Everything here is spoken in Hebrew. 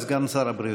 בבקשה, סגן שר הבריאות.